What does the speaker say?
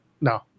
No